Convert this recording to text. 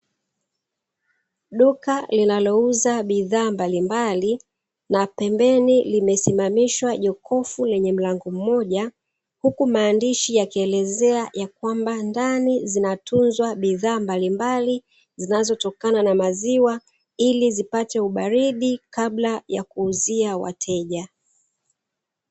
Duka linalouza bidhaa mbalimbali na pembeni limesimamishwa jokofu lenye mlango mmoja, huku maandishi yakielezea kwamba ndani zinatunzwa bidhaa mbalimbali zinazotokana na maziwa ili zipate ubaridi kabla ya kuuzia wateja.